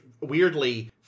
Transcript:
weirdly